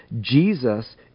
Jesus